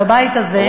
בבית הזה,